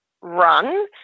run